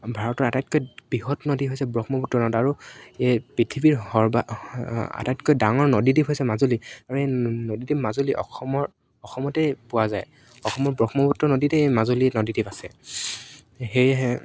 ভাৰতৰ আটাইতকৈ বৃহৎ নদী হৈছে ব্ৰহ্মপুত্ৰ নদ আৰু এই পৃথিৱীৰ সৰ্বা আটাইতকৈ ডাঙৰ নদীদ্বীপ হৈছে মাজুলী আৰু এই নদীদ্বীপ মাজুলী অসমৰ অসমতেই পোৱা যায় অসমৰ ব্ৰহ্মপুত্ৰ নদীতে এই মাজুলী নদীদ্বীপ আছে সেয়েহে